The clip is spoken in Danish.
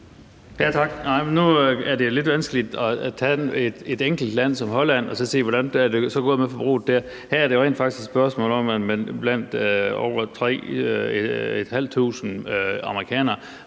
(KF): Nu er det jo lidt vanskeligt at tage et enkelt land som Holland og så se, hvordan det er gået med forbruget der. Her er det rent faktisk et spørgsmål om, at man blandt mere end 3.500 amerikanere